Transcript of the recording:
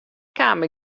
kaam